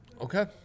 Okay